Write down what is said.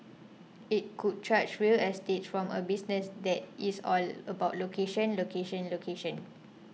it could charge real estate from a business that is all about location location location